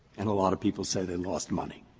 and a lot of people say they lost money.